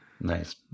nice